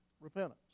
repentance